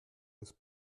ist